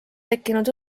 tekkinud